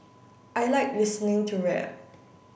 I like listening to rap